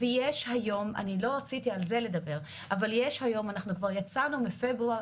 לא רציתי לדבר על זה, אבל כבר בפברואר